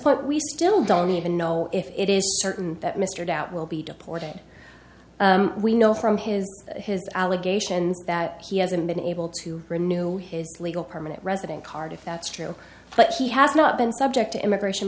point we still don't even know if it is certain that mr doubt will be deported we know from his his allegations that he hasn't been able to renew his legal permanent resident card if that's true but he has not been subject to immigration